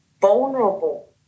vulnerable